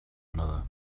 another